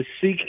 seek